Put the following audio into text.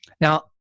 Now